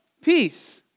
Peace